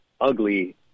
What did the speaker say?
ugly